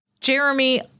Jeremy